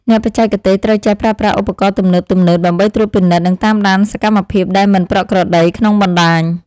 អ្នកបច្ចេកទេសត្រូវចេះប្រើប្រាស់ឧបករណ៍ទំនើបៗដើម្បីត្រួតពិនិត្យ និងតាមដានសកម្មភាពដែលមិនប្រក្រតីក្នុងបណ្តាញ។